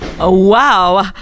Wow